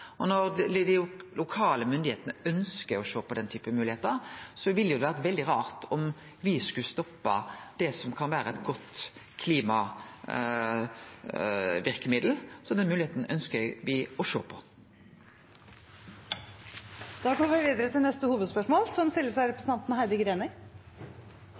Og når dei lokale myndigheitene ønskjer å sjå på den typen moglegheiter, ville det vore veldig rart om me skulle stoppe det som kan vere eit godt klimaverkemiddel. Så den moglegheita ønskjer me å sjå på. Da går vi videre til neste hovedspørsmål. Mitt spørsmål går til kommunalministeren. Statlige planretningslinjer og oppfølging av